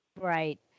Right